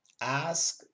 Ask